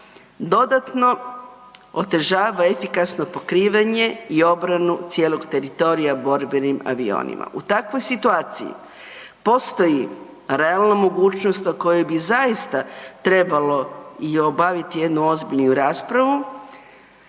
dodatno otežava efikasno pokrivanje i obranu cijelog teritorija borbenim avionima. U takvoj situaciji postoji realna mogućnost o kojoj bi zaista trebalo i obaviti jednu ozbiljnu raspravu,